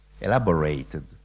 elaborated